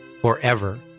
forever